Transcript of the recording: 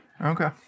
Okay